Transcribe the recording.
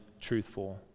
truthful